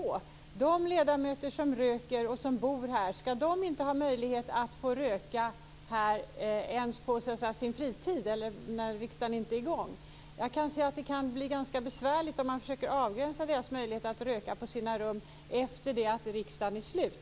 Skall de ledamöter som röker och som bor här inte ha möjlighet att få röka här ens på sin fritid, när riksdagen inte är i gång? Jag kan se att det kan bli ganska besvärligt om man försöker avgränsa deras möjligheter att röka på sina rum efter det att riksdagen är slut.